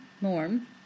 Norm